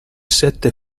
sette